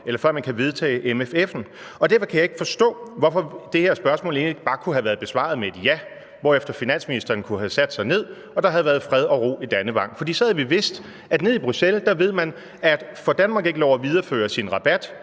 enighed, før man kan vedtage MMF'en. Derfor kan jeg ikke forstå, hvorfor det her spørgsmål egentlig ikke bare kunne have været besvaret med et ja, hvorefter finansministeren kunne have sat sig ned og der havde været fred og ro i Dannevang. For så havde vi vidst, at man nede i Bruxelles ved, at får Danmark ikke lov at videreføre sin rabat